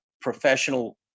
professional